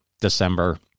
December